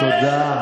תודה.